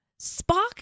Spock